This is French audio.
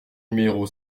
numéro